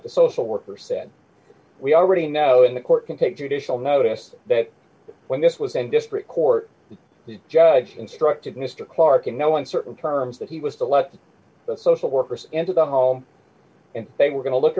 the social worker said we already know the court can take judicial notice that when this was an district court judge instructed mr clark in no uncertain terms that he was the left the social workers into the home and they were going to look